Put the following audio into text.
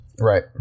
Right